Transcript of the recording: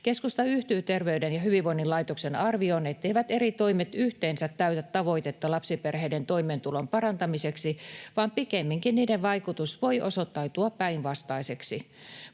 Keskusta yhtyy Terveyden ja hyvinvoinnin laitoksen arvioon, etteivät eri toimet yhteensä täytä tavoitetta lapsiperheiden toimeentulon parantamiseksi, vaan pikemminkin niiden vaikutus voi osoittautua päinvastaiseksi.